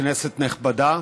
כנסת נכבדה,